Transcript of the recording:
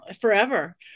forever